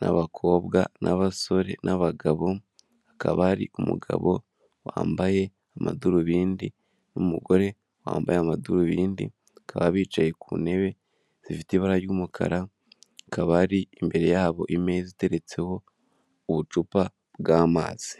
n'abakobwa n'abasore n'abagabo, hakaba hari umugabo wambaye amadarubindi, umugore wambaye amadarubindi, bakaba bicaye ku ntebe zifite ibara ry'umukara, hakaba hari imbere yabo imeza iteretseho ubucupa bw'amazi.